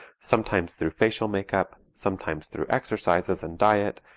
sometimes through facial makeup, sometimes through exercises and diet,